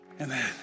amen